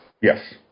Yes